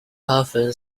often